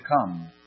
come